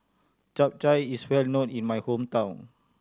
Chap Chai is well known in my hometown